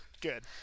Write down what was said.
Good